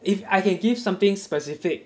if I can give something specific